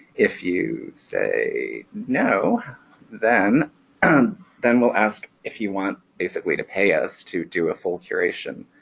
if you say no then um then we'll ask if you want basically to pay us to do a full curation.